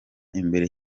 imbere